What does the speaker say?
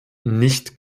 nicht